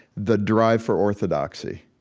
the drive for orthodoxy.